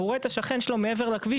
והוא רואה את השכן שלו מעבר לכביש,